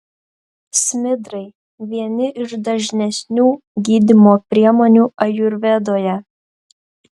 smidrai vieni iš dažnesnių gydymo priemonių ajurvedoje